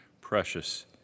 precious